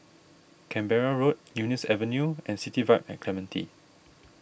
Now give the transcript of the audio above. Canberra Road Eunos Avenue and City Vibe at Clementi